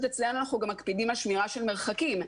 אצלנו אנחנו גם מקפידים על שמירה של מרחקים.